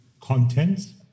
contents